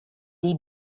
dei